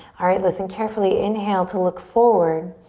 alright, listen carefully. inhale to look forward.